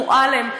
וחברת הכנסת מועלם,